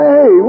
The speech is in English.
Hey